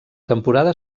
temporada